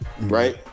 right